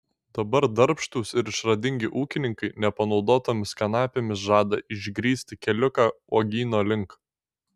dabar darbštūs ir išradingi ūkininkai nepanaudotomis kanapėmis žada išgrįsti keliuką uogyno link